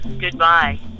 Goodbye